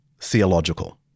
theological